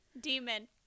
Demon